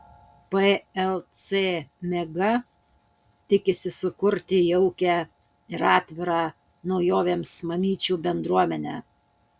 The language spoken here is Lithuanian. plc mega tikisi sukurti jaukią ir atvirą naujovėms mamyčių bendruomenę